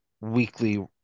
weekly